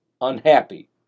unhappy